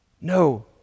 No